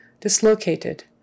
dislocated